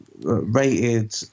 rated